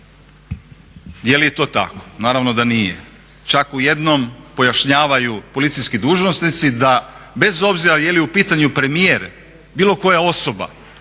Je li je to tako? Naravno da nije. Čak u jednom pojašnjavaju policijski dužnosnici da bez obzira je li u pitanju premijer, bilo koja osoba